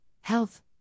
Health